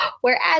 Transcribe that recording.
whereas